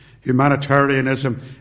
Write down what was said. Humanitarianism